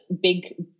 big